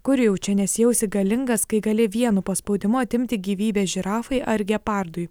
kur jau čia nesijausi galingas kai gali vienu paspaudimu atimti gyvybę žirafai ar gepardui